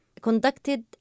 conducted